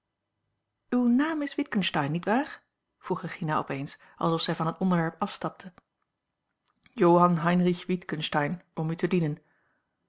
uw naam is witgensteyn niet waar vroeg regina op eens alsof zij van het onderwerp afstapte johan heinrich witgensteyn om u te dienen